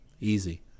Easy